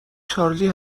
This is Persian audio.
چارلی